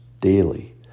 daily